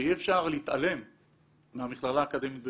שאי אפשר להתעלם מהמכללה האקדמית בוינגייט.